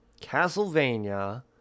Castlevania